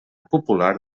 popular